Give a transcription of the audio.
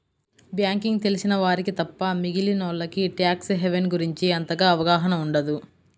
banking తెలిసిన వారికి తప్ప మిగిలినోల్లకి ట్యాక్స్ హెవెన్ గురించి అంతగా అవగాహన ఉండదు